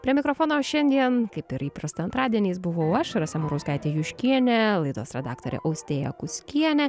prie mikrofono šiandien kaip ir įprasta antradieniais buvau aš rasa murauskaitė juškienė laidos redaktorė austėja kuskienė